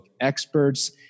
experts